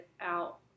out